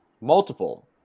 Multiple